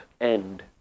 end